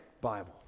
Bible